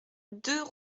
deux